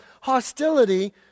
hostility